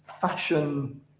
fashion